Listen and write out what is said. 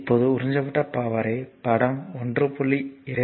இப்போது உறிஞ்சப்பட்ட பவர்யை படம் 1